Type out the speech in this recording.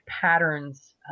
patterns